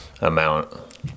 amount